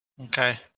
Okay